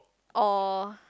or